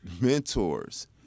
mentors